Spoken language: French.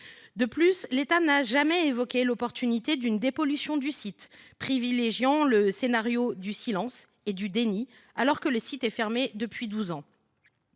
De plus, l’État n’a jamais évoqué l’opportunité d’une dépollution du site, privilégiant le scénario du silence et du déni, alors que le site est fermé depuis douze ans.